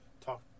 talk